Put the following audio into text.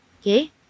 okay